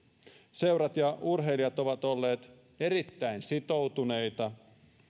seurat ja urheilijat ovat olleet erittäin sitoutuneita